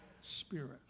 spirit